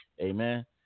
Amen